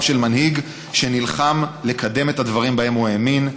של מנהיג שנלחם לקדם את הדברים שבהם האמין,